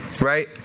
right